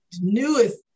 Newest